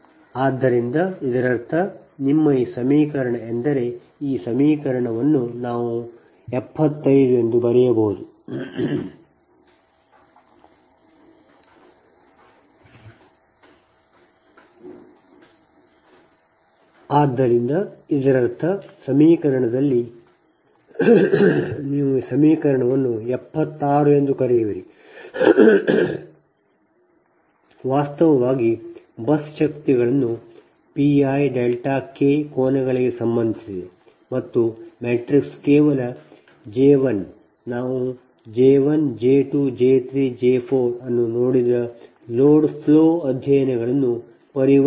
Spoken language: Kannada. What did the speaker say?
ಆದ್ದರಿಂದ ಇದರರ್ಥ ನಿಮ್ಮ ಈ ಸಮೀಕರಣ ಎಂದರೆ ಈ ಸಮೀಕರಣವನ್ನು ನಾವು ಆ ಸಮೀಕರಣವನ್ನು 75 ಬರೆಯಬಹುದು dP2d2 dPmd2 ⋱ dP2dn dPmdn dPnd2 dPndn 1 dPLossdPg2 1 dPLossdPgm 1 1 dP1d2 dP1dn ಆದ್ದರಿಂದ ಇದರರ್ಥ ಸಮೀಕರಣದಲ್ಲಿ ನೀವು ಈ ಸಮೀಕರಣವನ್ನು 76 ಎಂದು ಕರೆಯುವಿರಿ ವಾಸ್ತವವಾಗಿ ಬಸ್ ಶಕ್ತಿಗಳನ್ನು P i δ k ಕೋನಗಳಿಗೆ ಸಂಬಂಧಿಸಿದೆ ಮತ್ತು ಮ್ಯಾಟ್ರಿಕ್ಸ್ ಕೇವಲ J1 ನಾವು J 1 J 2 J 3 J 4 ಅನ್ನು ನೋಡಿದ ಲೋಡ್ ಫ್ಲೋ ಅಧ್ಯಯನಗಳನ್ನು ಪರಿವರ್ತಿಸುತ್ತದೆ